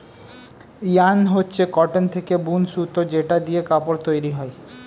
yarn হচ্ছে cotton থেকে বুন সুতো যেটা দিয়ে কাপড় তৈরী হয়